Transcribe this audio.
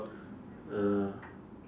uh